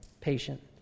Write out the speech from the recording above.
patient